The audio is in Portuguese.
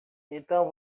então